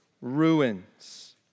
ruins